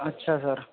اچھا سر